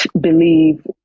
believe